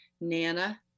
Nana